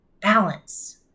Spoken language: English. balance